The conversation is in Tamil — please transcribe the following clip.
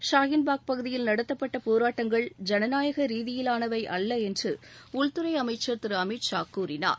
ஷாகீன் பாக் பகுதியில் நடத்தப்பட்ட போராட்டங்கள் ஜனநாயக ரீதியிலானவை அல்ல என்று உள்துறை அமைச்சர் திரு அமித்ஷா கூறினார்